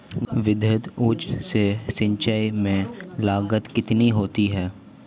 विद्युत ऊर्जा से सिंचाई में लागत कितनी होती है?